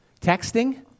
Texting